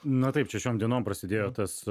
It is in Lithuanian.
na taip čia šiom dienom prasidėjo tas